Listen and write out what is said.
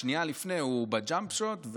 ושנייה לפני הוא ב-jump shot,